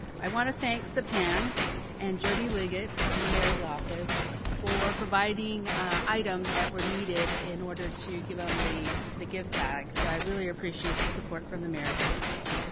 i want to thank supan and judy liang get from the mayor's office for providing items that were needed in order to give them the the gift bag. so i really appreciate the support from the mayor's office.